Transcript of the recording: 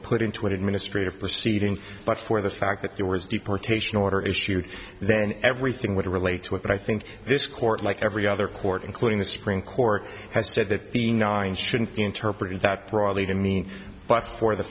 put into an administrative proceeding but for the fact that there was deportation order issued then everything would relate to it but i think this court like every other court including the supreme court has said that the nine should interpret that broadly to me but for the